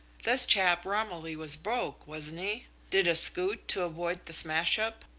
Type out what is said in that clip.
this chap romilly was broke, wasn't he did a scoot to avoid the smash-up?